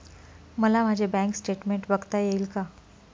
मला माझे bank statement बघता येईल का?